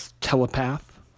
telepath